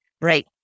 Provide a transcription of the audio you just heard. Right